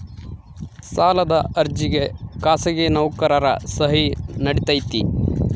ಸಾಲದ ಅರ್ಜಿಗೆ ಖಾಸಗಿ ನೌಕರರ ಸಹಿ ನಡಿತೈತಿ?